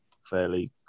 fairly